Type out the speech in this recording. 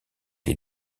les